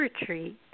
retreat